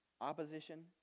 opposition